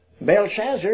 Belshazzar